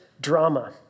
drama